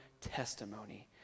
testimony